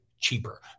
cheaper